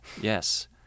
Yes